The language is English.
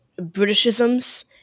Britishisms